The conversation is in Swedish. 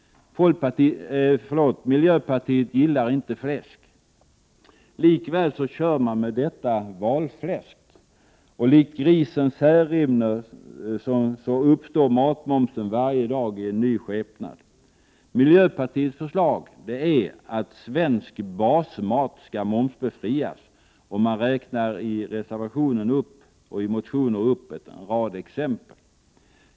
Miljöpartiet gillar inte fläsk. Likväl kör man med detta valfläsk, och likt grisen Särimner uppstår matmomsen varje dag i ny skepnad. Miljöpartiets förslag är att svensk basmat skall momsbefrias, och man räknar i motioner och i reservationen upp en rad exempel.